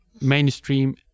mainstream